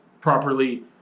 properly